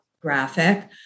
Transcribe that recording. graphic